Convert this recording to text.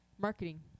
Marketing